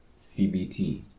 CBT